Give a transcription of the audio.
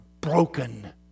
broken